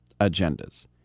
agendas